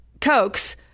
Cokes